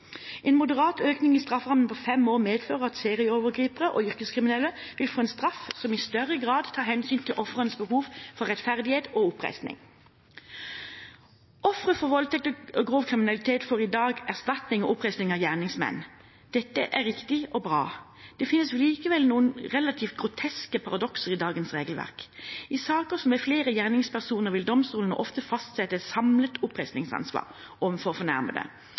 En moderat økning av strafferammen på fem år medfører at serieovergripere og yrkeskriminelle vil få en straff som i større grad tar hensyn til ofrenes behov for rettferdighet og oppreisning. Ofre for voldtekt og grov kriminalitet får i dag erstatning og oppreisning av gjerningsmenn. Dette er riktig og bra. Det finnes likevel noen relativt groteske paradokser i dagens regelverk. I saker med flere gjerningspersoner vil domstolene ofte fastsette et samlet oppreisningsansvar overfor fornærmede,